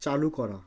চালু করা